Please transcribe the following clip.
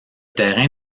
terrain